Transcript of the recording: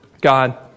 God